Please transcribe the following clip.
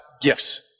gifts